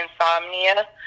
insomnia